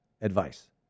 advice